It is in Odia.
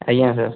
ଆଜ୍ଞା ସାର୍